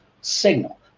signal